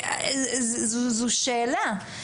זו שאלה,